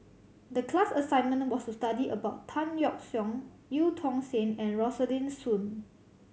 the class assignment was to study about Tan Yeok Seong Eu Tong Sen and Rosaline Soon